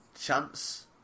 chance